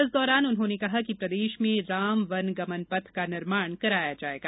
इस दौरान उन्होंने कहा कि प्रदेश में राम वन गमन पथ का निर्माण कराया जाएगा